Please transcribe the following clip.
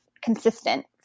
consistent